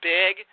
big